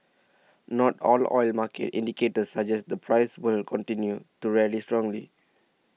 not all oil market indicators suggest the price will continue to rally strongly